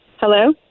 Hello